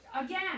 Again